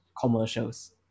commercials